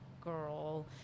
girl